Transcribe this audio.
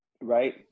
Right